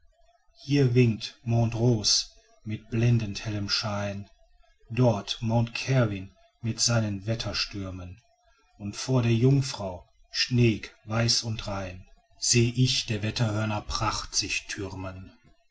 hier winkt mont rose mit blendend hellem schein dort mont cervin mit seinem wetterstürmen und vor der jungfrau schneeig weiß und rein seh ich der wetterhörner pracht sich thürmen